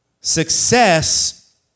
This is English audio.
Success